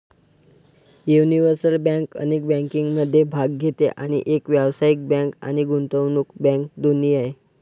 universal bank अनेक बँकिंगमध्ये भाग घेते आणि एक व्यावसायिक बँक आणि गुंतवणूक बँक दोन्ही आहे